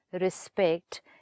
respect